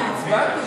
ניסן,